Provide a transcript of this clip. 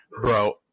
bro